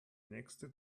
nächste